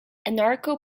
anarcho